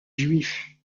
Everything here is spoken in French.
juifs